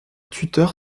tuteur